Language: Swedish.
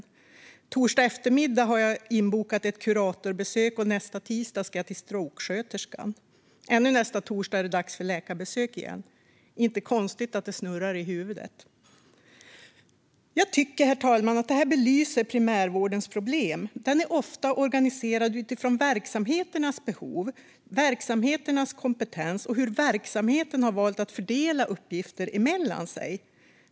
På torsdag eftermiddag har jag ett kuratorsbesök inbokat, och nästa tisdag ska jag till strokesköterskan. Torsdagen därpå är det dags för läkarbesök igen - inte konstigt att det snurrar i huvudet! Herr talman! Jag tycker detta belyser primärvårdens problem. Den är ofta organiserad utifrån verksamheternas behov och kompetens och hur verksamheten har valt att fördela uppgifter mellan sig.